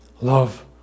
Love